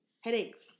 headaches